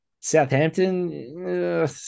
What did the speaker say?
Southampton